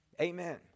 Amen